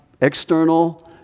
external